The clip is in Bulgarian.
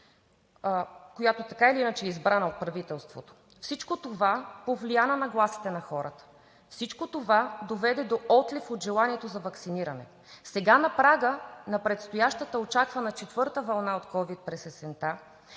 която така или иначе е избрана от правителството, всичко това повлия на нагласите на хората и всичко това доведе до отлив от желанието за ваксиниране. Сега на прага на предстоящата очаквана четвърта вълна от ковид през есента